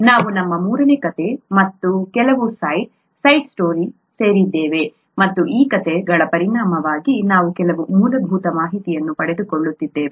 ನಾವು ನಮ್ಮ ಮೂರನೇ ಕಥೆ ಮತ್ತು ಕೆಲವು ಸೈಡ್ ಸೈಡ್ ಸ್ಟೋರಿಗಳಿಗೆ ಸೇರಿದ್ದೇವೆ ಮತ್ತು ಈ ಕಥೆಗಳ ಪರಿಣಾಮವಾಗಿ ನಾವು ಕೆಲವು ಮೂಲಭೂತ ಮಾಹಿತಿಯನ್ನು ಪಡೆದುಕೊಳ್ಳುತ್ತಿದ್ದೇವೆ